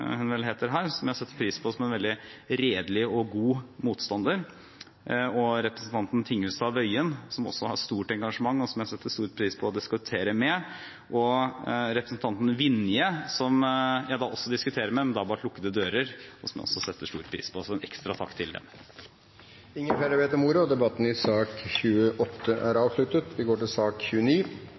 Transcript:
hun vel heter her, som jeg setter pris på som en veldig redelig og god motstander, representanten Tingelstad Wøien, som også har stort engasjement, og som jeg setter stor pris på å diskutere med, og representanten Vinje, som jeg også diskuterer med, men da bak lukkede dører, og som jeg også setter stor pris på. Så en ekstra takk til dem. Flere har ikke bedt om ordet til sak